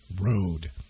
road